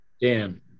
Dan